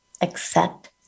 accept